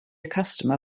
customer